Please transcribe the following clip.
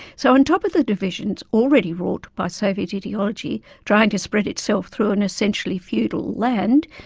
so on top of the divisions already wrought by soviet ideology trying to spread itself through an essentially feudal land,